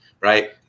right